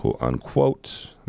Unquote